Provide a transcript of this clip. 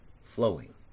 flowing